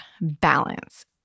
balance